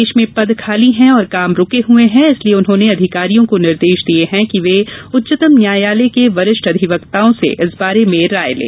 प्रदेश में पद खाली हैं और काम रुके हुए हैं इसलिए उन्होंने अधिकारियों को निर्देश दिए हैं कि वे उच्चतम न्यायालय के वरिष्ठ अधिवक्ताओं र्स इस बारे में राय लें